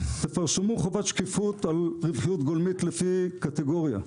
התפרסמו חובת שקיפות של רווחיות גולמית לפי קטגוריה.